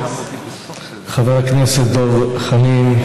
חבר הכנסת דב חנין,